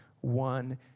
one